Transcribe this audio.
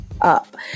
up